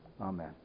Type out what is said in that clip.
amen